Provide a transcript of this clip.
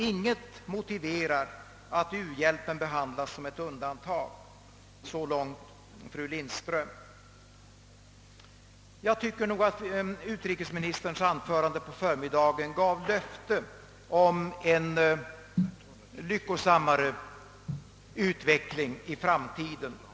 Inget motiverar att u-hjälpen behandlas som ett undantag.» Så långt fru Lindström. Jag tycker också att utrikesministerns anförande på förmiddagen gav löfte om en lyckosammare utveckling i framtiden.